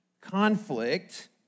Conflict